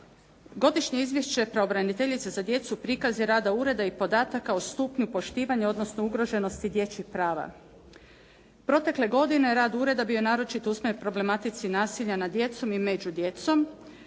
Godišnje izvješće pravobraniteljice za djecu prikaz je rada ureda i podataka o stupnju poštivanja, odnosno ugroženosti dječjih prava. Protekle godine rad ured bio je naročito usmjeren problematici nasilja nad djecom i među djecom.